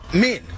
men